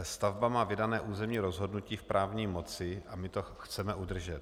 Stavba má vydané územní rozhodnutí v právní moci a my to chceme udržet.